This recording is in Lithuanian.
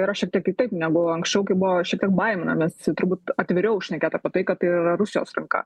yra šiek tiek kitaip negu anksčiau kai buvo šiek tiek baiminamasi turbūt atviriau šnekėt apie tai kad tai yra rusijos ranka